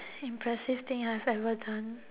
impressive thing I have ever done